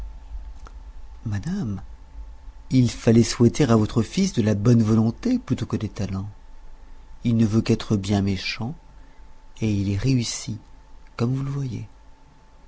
madame il fallait souhaiter à votre fils de la bonne volonté plutôt que des talents il ne veut qu'être bien méchant et il y réussit comme vous le voyez